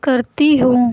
کرتی ہوں